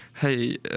hey